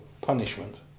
punishment